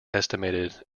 estimated